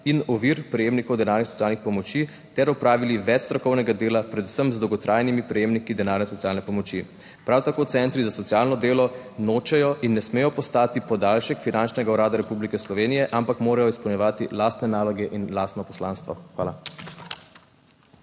in ovir prejemnikov denarnih socialnih pomoči ter opravili več strokovnega dela, predvsem z dolgotrajnimi prejemniki denarne socialne pomoči. Prav tako centri za socialno delo nočejo in ne smejo postati podaljšek Finančnega urada Republike Slovenije, ampak morajo izpolnjevati lastne naloge in lastno poslanstvo. Hvala.